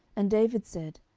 and david said,